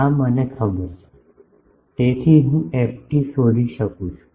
આ મને ખબર છે તેથી હું ft શોધી શકું છું